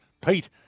Pete